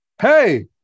Hey